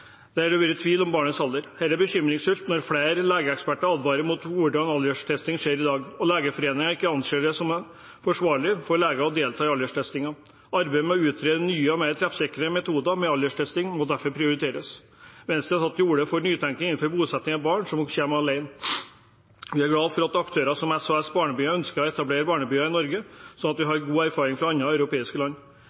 det har vært tvil om barnets alder. Det er bekymringsfullt når flere legeeksperter advarer mot hvordan alderstestingen skjer i dag, og Legeforeningen ikke anser det som forsvarlig for leger å delta i den. Arbeidet med å utrede nye og mer treffsikre metoder for alderstesting må derfor prioriteres. Venstre har tatt til orde for nytenkning om bosetting av barn som kommer alene. Vi er glad for at aktører som SOS-barnebyer ønsker å etablere barnebyer i Norge, slik de har gode erfaringer med fra andre europeiske land.